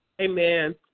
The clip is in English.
Amen